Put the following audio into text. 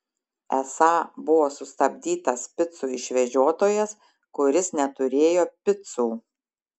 esą buvo sustabdytas picų išvežiotojas kuris neturėjo picų